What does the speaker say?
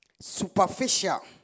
superficial